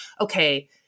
okay